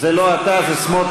זה לא אתה, זה סמוטריץ.